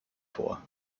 vor